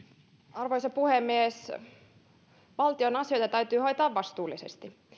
arvoisa puhemies valtion asioita täytyy hoitaa vastuullisesti